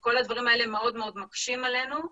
כל הדברים האלה מאוד מקשים עלינו.